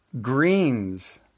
greens